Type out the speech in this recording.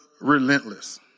relentless